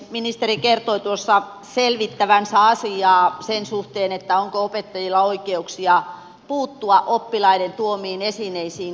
ministeri kertoi tuossa selvittävänsä asiaa sen suhteen onko opettajilla oikeuksia puuttua oppilaiden kouluun tuomiin esineisiin